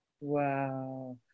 wow